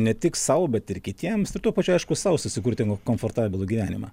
ne tik sau bet ir kitiems ir tuo pačiu aišku sau susikurti komfortabilų gyvenimą